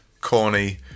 corny